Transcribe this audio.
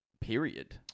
period